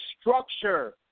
structure